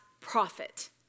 profit